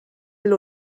will